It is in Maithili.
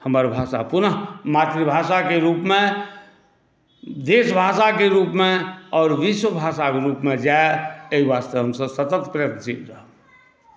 हमर भाषा पुनः मातृभाषाके रूपमे देशभाषाके रूपमे आओर विश्व भाषाके रूपमे जाय एहि वास्ते हमसभ सतत प्रयत्नशील रहब